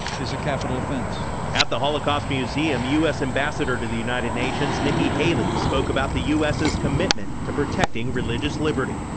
is a capital offense. reporter at the holocaust museum, u s. ambassador to the united nations, nikki haley, spoke about the u s s commitment to protecting religious liberty.